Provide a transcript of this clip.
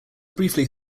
briefly